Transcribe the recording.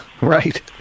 right